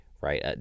Right